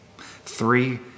Three